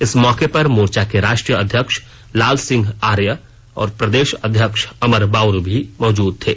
इस मौके पर मोर्चा के राष्ट्रीय अध्यक्ष लाल सिंह आर्य और प्रदेश अध्यक्ष अमर बाउरी भी मौजूद थे